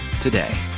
today